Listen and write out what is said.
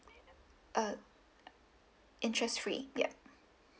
uh interest free yup